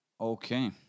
Okay